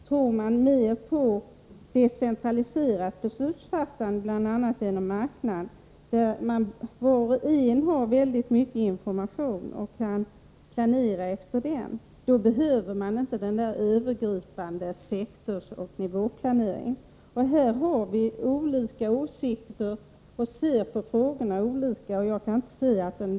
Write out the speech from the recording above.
Tror man däremot mer på ett decentraliserat beslutsfattande, bl.a. på en marknad där var och en har mycken egen information att planera efter, då behöver man ingen övergripande sektorsoch nivåplanering. I de här frågorna finns en klar skiljelinje mellan moderat och socialistisk politik.